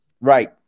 Right